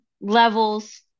levels